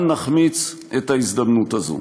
אל נחמיץ את ההזדמנות הזו.